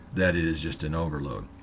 that is just an overload